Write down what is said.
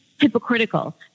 hypocritical